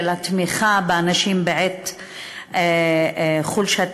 התמיכה באנשים בעת חולשתם,